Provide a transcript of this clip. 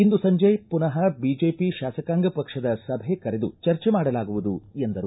ಇಂದು ಸಂಜೆ ಮನಃ ಬಿಜೆಪಿ ಶಾಸಕಾಂಗ ಪಕ್ಷದ ಸಭೆ ಕರೆದು ಚರ್ಚೆ ಮಾಡಲಾಗುವುದು ಎಂದರು